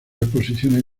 exposiciones